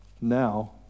now